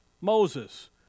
Moses